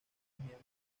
miembros